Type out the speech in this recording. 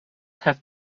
have